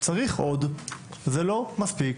צריך עוד, זה לא מספיק,